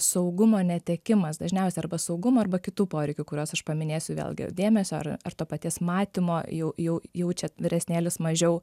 saugumo netekimas dažniausiai arba saugumo arba kitų poreikių kuriuos aš paminėsiu vėlgi dėmesio ar ar to paties matymo jau jau jaučiat vyresnėlis mažiau